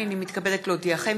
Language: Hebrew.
הנני מתכבדת להודיעכם,